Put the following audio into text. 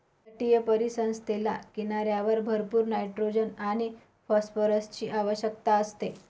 तटीय परिसंस्थेला किनाऱ्यावर भरपूर नायट्रोजन आणि फॉस्फरसची आवश्यकता असते